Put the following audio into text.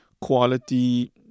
quality